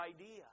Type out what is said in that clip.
idea